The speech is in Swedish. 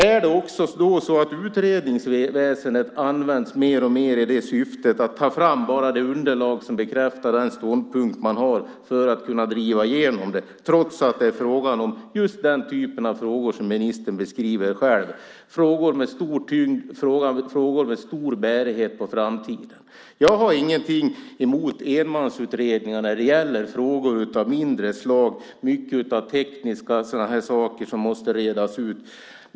Använder man då också utredningsväsendet i det syftet - för att ta fram ett underlag som bekräftar den ståndpunkt man har, så att man kan driva igenom den - trots att det gäller frågor av den typ som ministern själv beskriver som frågor med stor tyngd och bärighet på framtiden? Jag har inget mot enmansutredningar när det gäller frågor av mindre slag. Det är mycket tekniska detaljer som måste redas ut.